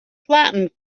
flattened